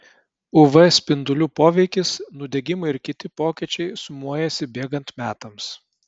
uv spindulių poveikis nudegimai ir kiti pokyčiai sumuojasi bėgant metams